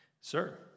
sir